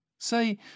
Say